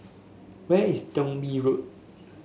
where is Thong Bee Road